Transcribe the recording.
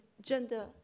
gender